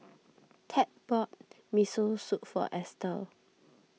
Ted bought Miso Soup for Estel